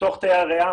לתוך תאי הריאה,